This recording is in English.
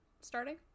starting